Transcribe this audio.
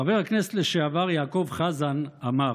חבר הכנסת לשעבר יעקב חזן אמר: